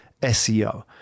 SEO